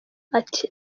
ati